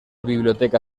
biblioteca